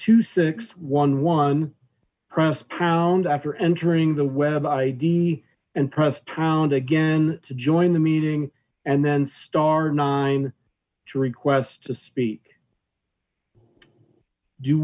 two six one one press pound after entering the web i d and press pound again join the meeting and then star nine to request to speak